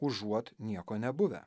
užuot nieko nebuvę